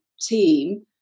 team